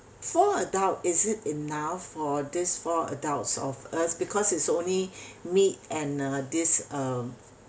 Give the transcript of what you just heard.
four adult is it enough for this four adults of us because it's only me and uh this uh